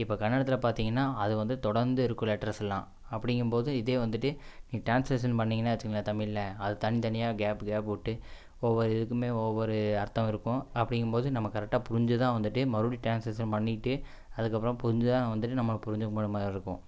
இப்போ கன்னடத்தில் பார்த்தீங்கன்னா அது வந்து தொடர்ந்து இருக்கும் லெட்ரஸ் எல்லாம் அப்படிங்கும் போது இதே வந்துட்டு நீங்க ட்ரான்ஸ்லேஷன் பண்ணீங்கன்னா வச்சிங்களேன் தமிழில் அது தனித்தனியாக கேப்பு கேப் விட்டு ஒவ்வொரு இதுக்குமே ஒவ்வொரு அர்த்தம் இருக்கும் அப்படிங்கும் போது நம்ம கரெக்டாக புரிஞ்சு தான் வந்துட்டு மறுபடியும் ட்ரான்லேஷன் பண்ணிகிட்டு அதுக்கப்புறம் புரிஞ்சு தான் வந்துகிட்டு நம்ம புரிஞ்சிக்க மாதிரி இருக்கும்